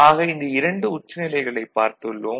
ஆக இந்த இரண்டு உச்ச நிலைகளைப் பார்த்துள்ளோம்